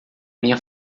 minha